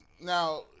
Now